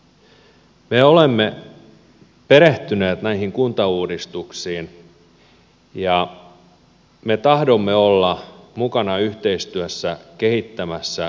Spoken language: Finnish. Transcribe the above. me olemme perehtyneet näihin kuntauudistuksiin ja me tahdomme olla mukana yhteistyössä kehittämässä parempaa suomea kokonaisuutena